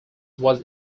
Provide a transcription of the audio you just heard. was